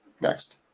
Next